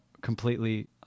completely